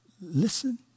Listen